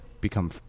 become